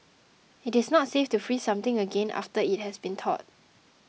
it is not safe to freeze something again after it has been thawed